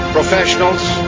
Professionals